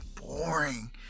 boring